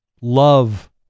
love